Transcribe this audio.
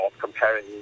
comparing